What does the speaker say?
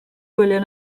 gwyliau